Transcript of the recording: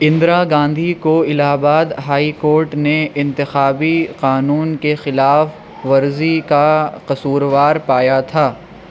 اندرا گاندھی کو Allahabad high court نے انتخابی قانون کے خلاف ورزی کا قصوروار پایا تھا